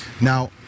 Now